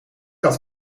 had